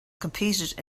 competed